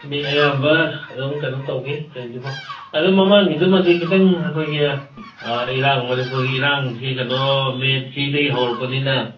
ꯃꯤ ꯑꯌꯥꯝꯕ ꯑꯗꯨꯝ ꯀꯩꯅꯣ ꯇꯧꯅꯤ ꯑꯗꯨ ꯃꯃꯥꯡꯒꯤꯗꯨꯃꯗꯤ ꯈꯤꯇꯪ ꯑꯩꯈꯣꯏꯒꯤ ꯏꯔꯥꯡ ꯃꯅꯤꯄꯨꯔꯒꯤ ꯏꯔꯥꯡꯁꯤ ꯀꯩꯅꯣ ꯃꯦ ꯊ꯭ꯔꯤꯗꯒꯤ ꯍꯧꯔꯛꯄꯅꯤꯅ